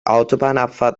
autobahnabfahrt